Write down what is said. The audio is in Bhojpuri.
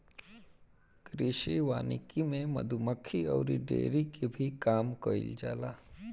कृषि वानिकी में मधुमक्खी अउरी डेयरी के भी काम कईल जाला